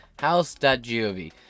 House.gov